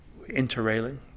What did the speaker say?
Interrailing